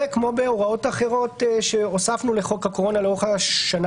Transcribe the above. וכמו בהוראות אחרות שהוספנו לחוק הקורונה לאורך השנה